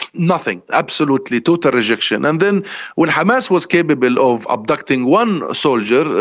nothing. absolutely total rejection. and then when hamas was capable of abducting one soldier,